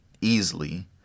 easily